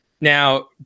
Now